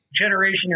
generation